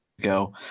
Go